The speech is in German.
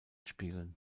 spielen